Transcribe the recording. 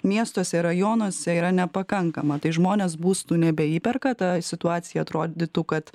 miestuose rajonuose yra nepakankama tai žmonės būstų nebeįperka ta situacija atrodytų kad